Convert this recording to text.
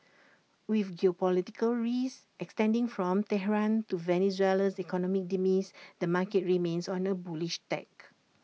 with geopolitical risk extending from Tehran to Venezuela's economic demise the market remains on A bullish tack